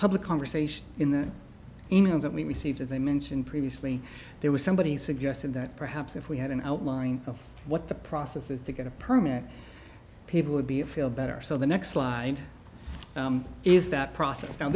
public conversation in the e mails that we received as i mentioned previously there was somebody suggested that perhaps if we had an outline of what the process is to get a permit people would be a feel better so the next slide is that process now